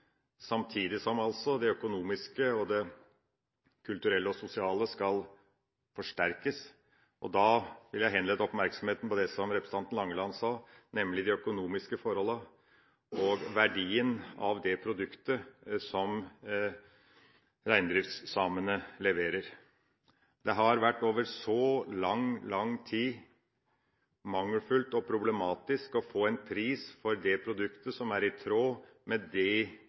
samtidig som det økonomiske og kulturelle og sosiale altså skal forsterkes, og da vil jeg henlede oppmerksomheten på det som representanten Langeland sa, nemlig de økonomiske forholdene og verdien av det produktet som reindriftssamene leverer. Over lang, lang tid har det vært mangelfullt og problematisk å få en pris for dette produktet som er i tråd med